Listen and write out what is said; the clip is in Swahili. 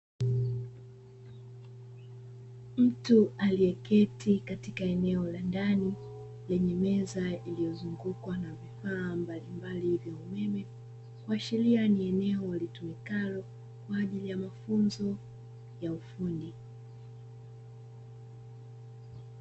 Mtu aliyeketi eneo la ndani lenye meza iliyozungukwa na vifaa mbalimbali vya umeme, kuashiria ni eneo litumikalo kwa ajili ya mafunzo ya ufundi.